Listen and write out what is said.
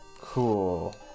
Cool